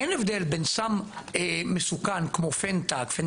אין הבדל בין סם מסוכן כמו פנטניל,